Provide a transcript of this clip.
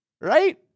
Right